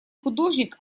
художник